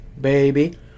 baby